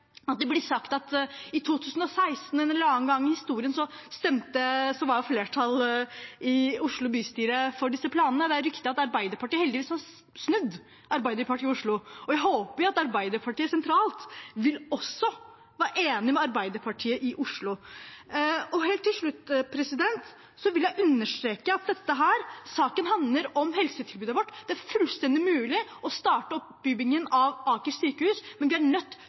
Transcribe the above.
det sagt at i 2016 – en eller annen gang i historien – var flertallet i Oslo bystyre for disse planene. Det er riktig at Arbeiderpartiet i Oslo heldigvis har snudd. Jeg håper at Arbeiderpartiet sentralt vil være enig med Arbeiderpartiet i Oslo. Helt til slutt vil jeg understreke at denne saken handler om helsetilbudet vårt. Det er fullt mulig å starte opp utbyggingen av Aker sykehus. Men vi er nødt